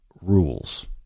rules